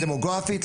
הן דמוגרפית,